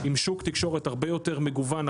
עם שוק תקשורת הרבה יותר מגוון,